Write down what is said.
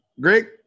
Greg